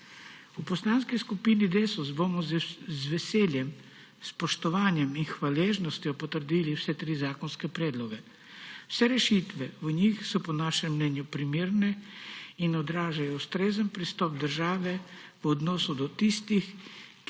V Poslanski skupini Desus bomo z veseljem, spoštovanjem in hvaležnostjo potrdili vse tri zakonske predloge. Vse rešitve v njih so po našem mnenju primerne in odražajo ustrezen pristop države v odnosu do tistih,